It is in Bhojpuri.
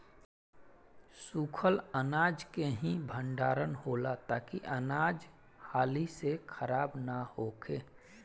सूखल अनाज के ही भण्डारण होला ताकि अनाज हाली से खराब न होखे